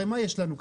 הרי מה יש לנו כאן?